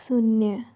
शून्य